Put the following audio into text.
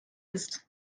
ist